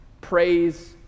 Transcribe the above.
Praise